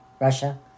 Russia